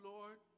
Lord